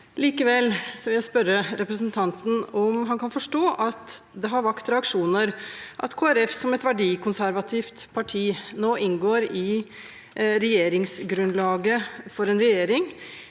Likevel vil jeg spørre representanten om han kan forstå at det har vakt reaksjoner at Kristelig Folkeparti, som et verdikonservativt parti, nå inngår i regjeringsgrunnlaget for en regjering